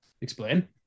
explain